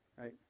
right